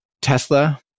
Tesla